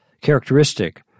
characteristic